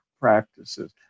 practices